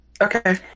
Okay